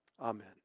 Amen